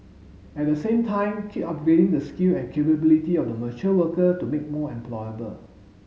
at the same time keep upgrading the skill and capability of the mature worker to make more employable